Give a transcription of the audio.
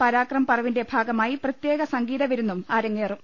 പരാക്രം പർവിന്റെ ഭാഗമായി പ്രത്യേക സംഗീത വിരുന്നും അരങ്ങേറും